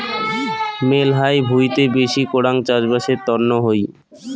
মেলহাই ভুঁইতে বেশি করাং চাষবাসের তন্ন হই